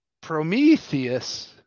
Prometheus